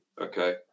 okay